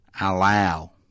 allow